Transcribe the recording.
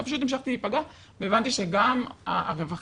פשוט המשכתי להיפגע והבנתי שגם הרווחה,